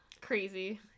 Crazy